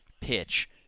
pitch